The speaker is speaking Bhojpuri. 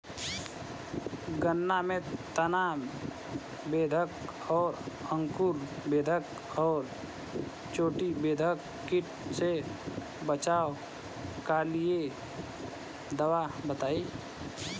गन्ना में तना बेधक और अंकुर बेधक और चोटी बेधक कीट से बचाव कालिए दवा बताई?